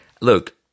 Look